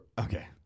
Okay